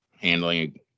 handling